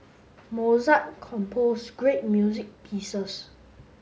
Mozart composed great music pieces